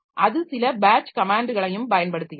அது சில பேட்ச் கமேன்ட்களையும் பயன்படுத்துகிறது